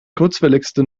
kurzwelligste